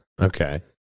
Okay